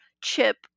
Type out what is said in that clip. chip